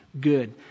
good